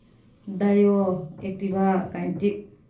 dio Activa kinetic